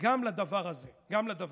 גם לדבר הבא: